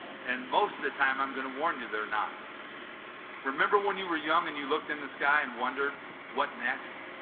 and most of the time i'm gonna warn you they're not remember when you were young and you looked in the sky and wondered what next